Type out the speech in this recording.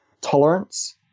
tolerance